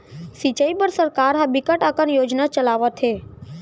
सिंचई बर सरकार ह बिकट अकन योजना चलावत हे